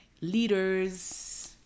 leaders